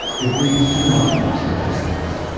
it reads too much like statistics.